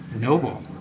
noble